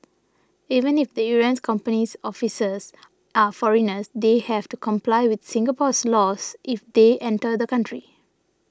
even if the errant company's officers are foreigners they have to comply with Singapore's laws if they enter the country